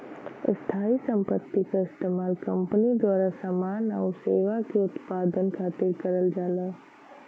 स्थायी संपत्ति क इस्तेमाल कंपनी द्वारा समान आउर सेवा के उत्पादन खातिर करल जाला